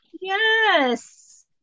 Yes